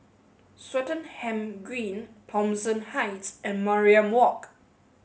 Swettenham Green Thomson Heights and Mariam Walk